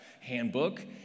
handbook